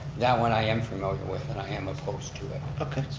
that one i am familiar with and i am opposed to it. okay.